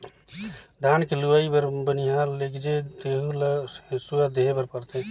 धान के लूवई बर बनिहार लेगजे तेहु ल हेसुवा देहे बर परथे